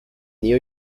new